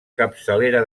capçalera